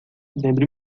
lembre